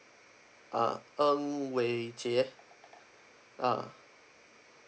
uh ng wei jie uh